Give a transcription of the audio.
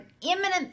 imminent